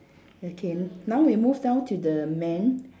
okay now we move down to the man